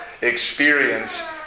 experience